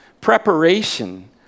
Preparation